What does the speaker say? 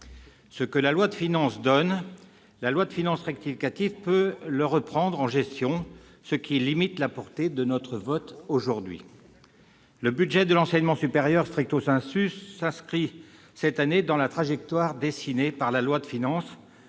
Ce que la loi de finances donne, la loi de finances rectificative peut le reprendre en gestion, ce qui limite la portée de notre vote de ce jour ! Exactement ! Le budget de l'enseignement supérieur s'inscrit, cette année, dans la trajectoire dessinée par la loi de finances